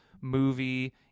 movie